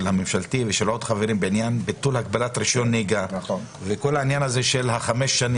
הממשלה בעניין ביטול הגבלת רישיון נהיגה וכל העניין של חמש השנים